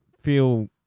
feel